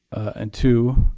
and two,